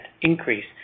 increase